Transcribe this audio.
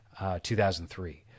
2003